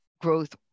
growth